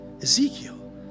Ezekiel